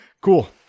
Cool